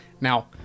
Now